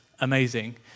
amazing